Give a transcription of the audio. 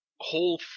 whole